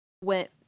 went